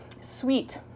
Sweet